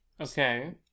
Okay